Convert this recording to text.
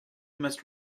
must